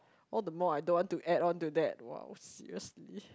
all the more I don't want to add onto that !wow! seriously